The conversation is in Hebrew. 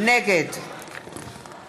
נגד